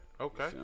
Okay